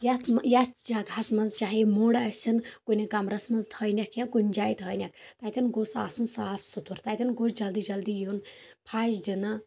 یَتھ یَتھ جگہس منٛز چاہے موڈ آسَن کُنہِ کَمرَس منٛز تھٲینَکھ یا کُنہِ جایہِ تھٲینَکھ تتٮ۪ن گوژھ آسُن صاف سُتھرٕ تتیٚن گوژھ جلدی جلدی یُن پھش دِنہٕ